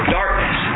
darkness